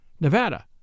Nevada